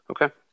Okay